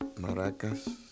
maracas